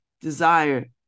desire